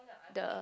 the